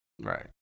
Right